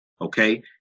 okay